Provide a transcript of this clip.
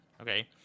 okay